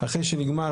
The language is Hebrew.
אחרי שנגמרה